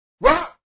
Rock